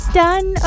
done